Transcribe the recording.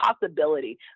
possibility